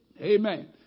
Amen